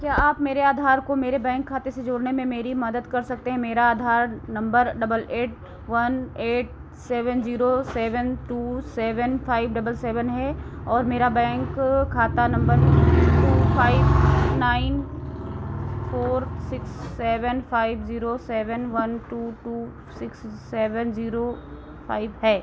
क्या आप मेरे आधार को मेरे बैंक खाते से जोड़ने में मेरी मदद कर सकते हैं मेरा Aadhaar number double eight one eight seven zero seven two seven five double seven है और मेरा बैंक खाता number two five nine four six seven five zero seven one two two six seven zero five है